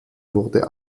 wurde